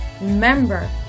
remember